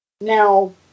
Now